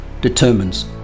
determines